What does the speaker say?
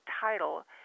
title